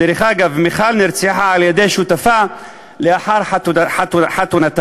דרך אגב, מיכל נרצחה על-ידי שותפה לאחר חתונתם.